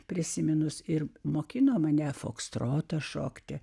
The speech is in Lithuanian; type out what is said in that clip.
prisiminus ir mokino mane fokstrotą šokti